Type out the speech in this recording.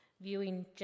viewing